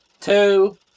two